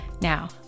Now